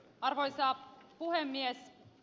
arvoisa puhemies